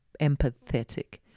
empathetic